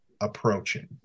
approaching